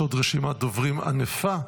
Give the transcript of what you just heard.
יש עוד רשימת דוברים ענפה.